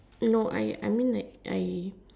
no I I mean like I